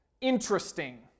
interesting